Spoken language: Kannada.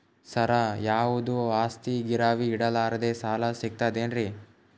ಸರ, ಯಾವುದು ಆಸ್ತಿ ಗಿರವಿ ಇಡಲಾರದೆ ಸಾಲಾ ಸಿಗ್ತದೇನ್ರಿ?